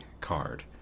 card